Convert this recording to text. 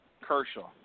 Kershaw